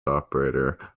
operator